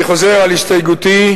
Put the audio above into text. אני חוזר על הסתייגותי,